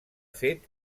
fet